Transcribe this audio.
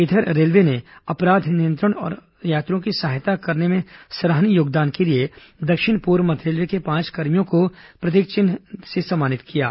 इधर रेलवे ने अपराध नियंत्रण और यात्रियों की सहायता करने में सराहनीय योगदान के लिए दक्षिण पूर्व मध्य रेलवे के पांच कर्मियों को प्रतीक चिन्ह से सम्मानित किया गया